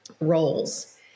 roles